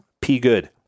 P-good